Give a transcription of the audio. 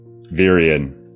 Virion